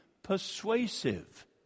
persuasive